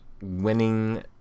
winning